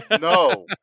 No